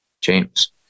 James